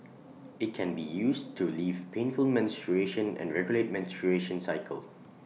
IT can be used to leaf painful menstruation and regulate menstruation cycle